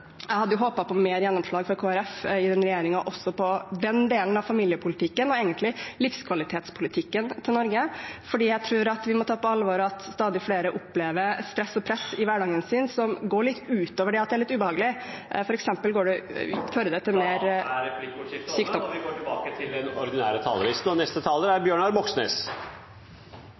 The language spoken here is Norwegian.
Jeg hadde jo håpet på mer gjennomslag for Kristelig Folkeparti i denne regjeringen også på den delen av familiepolitikken – og egentlig livskvalitetspolitikken – til Norge, for jeg tror vi må ta på alvor at stadig flere opplever stress og press i hverdagen sin som går litt utover det at det er litt ubehagelig, f.eks. fører det til mer … Da er replikkordskiftet omme, og vi går tilbake til den ordinære talerlisten.